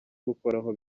gukoraho